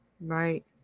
Right